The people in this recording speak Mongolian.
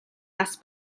нас